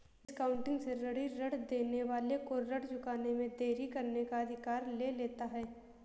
discounting से ऋणी ऋण देने वाले को ऋण चुकाने में देरी करने का अधिकार ले लेता है